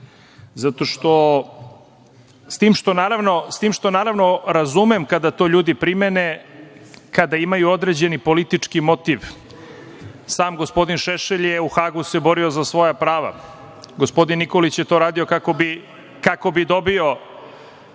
nikada. S tim što, naravno, razumem kada to ljudi primene, kada imaju određeni politički motiv. Sam gospodin Šešelj je u Hagu se borio za svoja prava. Gospodin Nikolić je to radio kako bi dobio